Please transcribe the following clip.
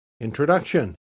Introduction